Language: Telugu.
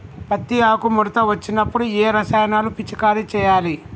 పత్తి ఆకు ముడత వచ్చినప్పుడు ఏ రసాయనాలు పిచికారీ చేయాలి?